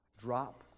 drop